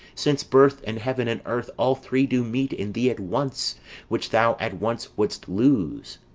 since birth and heaven and earth, all three do meet in thee at once which thou at once wouldst lose.